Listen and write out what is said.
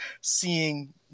seeing